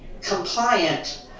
compliant